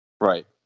Right